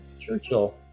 Churchill